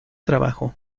trabajo